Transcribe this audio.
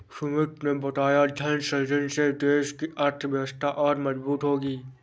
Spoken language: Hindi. सुमित ने बताया धन सृजन से देश की अर्थव्यवस्था और मजबूत होगी